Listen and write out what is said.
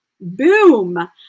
Boom